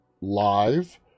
live